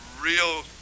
real